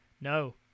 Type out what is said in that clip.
No